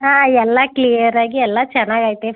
ಹಾಂ ಎಲ್ಲ ಕ್ಲಿಯರಾಗಿ ಎಲ್ಲ ಚೆನ್ನಾಗೈತೆ